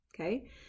okay